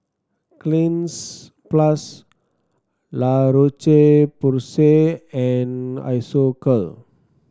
Cleanz Plus La Roche Porsay and Isocal